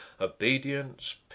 obedience